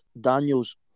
Daniels